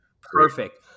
Perfect